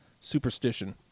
superstition